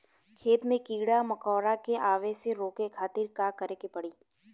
खेत मे कीड़ा मकोरा के आवे से रोके खातिर का करे के पड़ी?